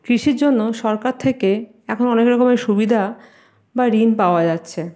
কৃষির জন্য সরকার থেকে এখন অনেকরকমের সুবিধা বা ঋণ পাওয়া যাচ্ছে